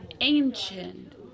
ancient